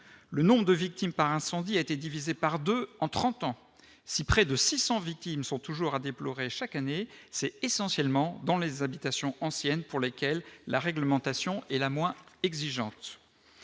le nombre de victimes par incendie a été divisé par 2 en 30 ans si près de 600 victimes sont toujours à déplorer chaque année, c'est essentiellement dans les habitations anciennes pour lesquelles la réglementation et la moins exigeante